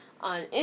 on